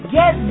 get